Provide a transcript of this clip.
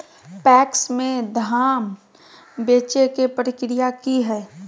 PACS में धाम बेचे के प्रक्रिया की हय?